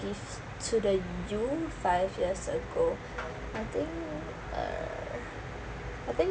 give to the you five years ago I think err I think